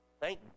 Thank